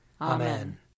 Amen